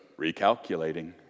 recalculating